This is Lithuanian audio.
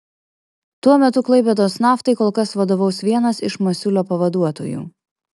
tuo metu klaipėdos naftai kol kas vadovaus vienas iš masiulio pavaduotojų